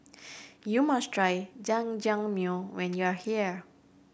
you must try Jajangmyeon when you are here